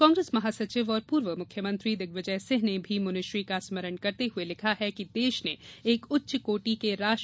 कांग्रेस महासचिव और पूर्व मुख्यमंत्री दिग्विजय सिंह ने भी मुनिश्री का स्मरण करते हुए लिखा है कि देश ने एक उच्च कोटि के राष्ट्र संत खो दिया